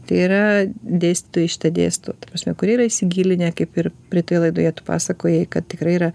tai yra dėstytojai šitą dėsto prasme kurie yra įsigilinę kaip ir praeitoj laidoje tu pasakojai kad tikrai yra